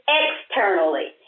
externally